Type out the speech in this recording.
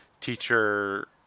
teacher